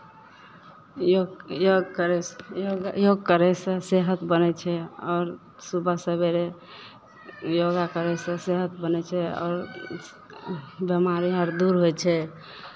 योग योग करय योगा योग करयसँ सेहत बनै छै आओर सुबह सवेरे योगा करयसँ सेहत बनै छै आओर बेमारी हर दूर होइ छै